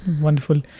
wonderful